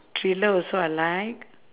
thriller also I like